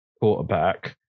quarterback